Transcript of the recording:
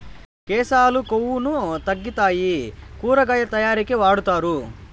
కేశాలు కొవ్వును తగ్గితాయి ఊరగాయ తయారీకి వాడుతారు